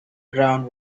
ground